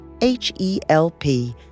H-E-L-P